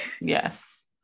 yes